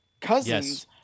cousins